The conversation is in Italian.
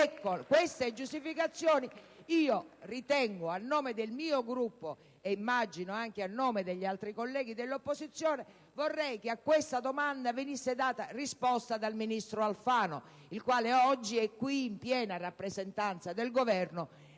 del senatore Li Gotti).* Vorrei, a nome del mio Gruppo e immagino anche a nome degli altri colleghi dell'opposizione, che a questa domanda venisse data risposta dal ministro Alfano, il quale è oggi qui in piena rappresentanza del Governo